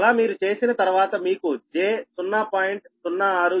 అలా మీరు చేసిన తర్వాత మీకు j0